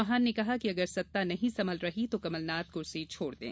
चौहान ने कहा कि अगर सत्ता नहीं संभल रही तो कमलनाथ कुर्सी छोड़ दें